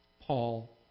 Paul